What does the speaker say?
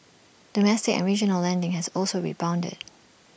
domestic and regional lending has also rebounded